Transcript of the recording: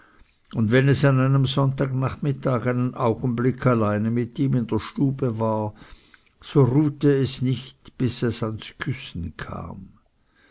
und wenn es an einem sonntagnachmittag einen augenblick alleine mit ihm in der stube war so ruhte es nicht bis es ans küssen kam